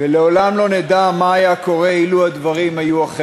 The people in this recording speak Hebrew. ועדת החקירה הציבורית לבדיקת אירועי המשט